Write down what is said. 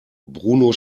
bruno